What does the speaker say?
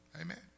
Amen